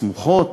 סמוכות,